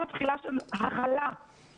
שעוסקים מהגיל הרך בקבלת השונה,